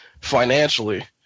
financially